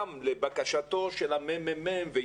לבקשתו של ה-ממ"מ,